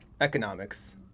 economics